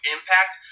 Impact